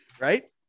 Right